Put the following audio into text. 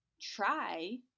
try